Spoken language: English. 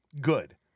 Good